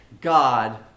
God